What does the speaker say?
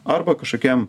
arba kažkokiam